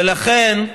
ולכן,